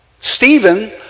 Stephen